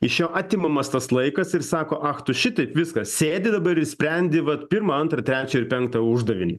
iš jo atimamas tas laikas ir sako ach tu šitaip viskas sėdi dabar ir sprendi vat pirmą antrą trečią ir penktą uždavinį